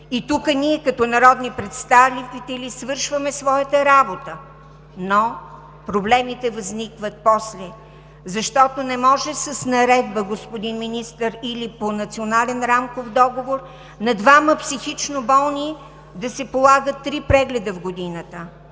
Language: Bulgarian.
И тук ние като народни представители свършваме своята работа, но проблемите възникват после, защото не може с наредба, господин Министър, или по национален рамков договор на двама психично болни да се полагат три прегледа в годината.